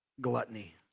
gluttony